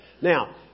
Now